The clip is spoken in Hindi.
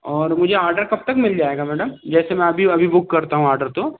और मुझे ऑडर कब तक मिल जाएगा मैडम जैसे मैं अभी अभी बुक करता हूँ आडर तो